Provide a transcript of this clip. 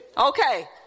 Okay